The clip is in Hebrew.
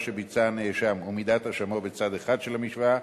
שביצע הנאשם ומידת אשמו בצד אחד של המשוואה,